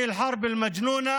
(אומר בערבית: המלחמה המשוגעת הזאת,